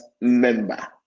member